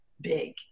big